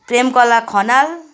Premkala Khanal